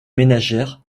ménagères